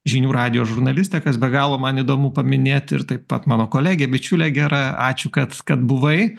žinių radijo žurnalistė kas be galo man įdomu paminėt ir taip pat mano kolegė bičiulė gera ačiū kad kad buvai